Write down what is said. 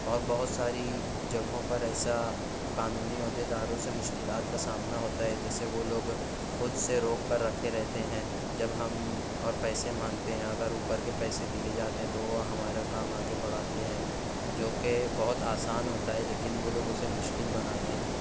اور بہت ساری جگہوں پر ایسا قانونی عہدے داروں سے مشکلات کا سامنا ہوتا ہے جیسے وہ لوگ خود سے روک کر رکھے رہتے ہیں جب ہم اور پیسے مانگتے ہیں اگر اوپر کے پیسے دئے جاتے ہیں تو وہ ہمارا کام آگے بڑھاتے ہیں جو کہ بہت آسان ہوتا ہے لیکن وہ لوگ اسے مشکل بناتے ہیں